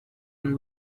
and